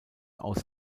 aus